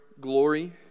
glory